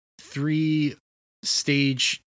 three-stage